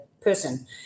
person